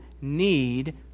need